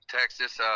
Texas